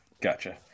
Gotcha